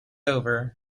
over